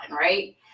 right